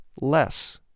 less